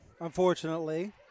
unfortunately